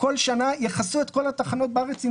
ותוך שנה ימצאו את כל הזיופים.